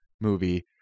movie